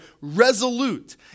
Resolute